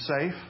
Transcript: safe